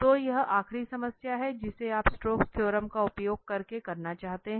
तो यह आखिरी समस्या है जिसे आप स्टोक्स थ्योरम का उपयोग करके करना चाहते हैं